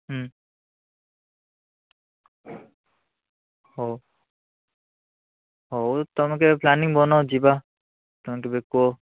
ହୁଁ ହଉ ହଉ ତମେ କେବେ ପ୍ଳାନିଙ୍ଗ ବନାଅ ଯିବା ତମେ ତେବେ କୁହ